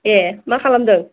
ए मा खालामदों